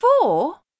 Four